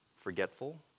forgetful